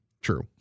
True